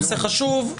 נושא חשוב,